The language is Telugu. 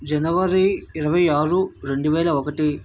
జనవరి ఇరవై ఆరు రెండు వేల ఒకటి